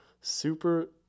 super